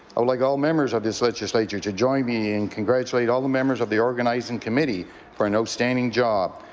i would like all members of this legislature to join me and congratulate all the members of the organizing committee for an outstanding job.